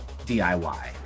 DIY